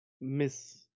Miss